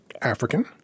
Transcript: African